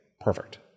perfect